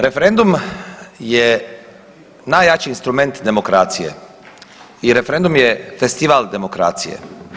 Referendum je najjači instrument demokracije i referendum je festival demokracije.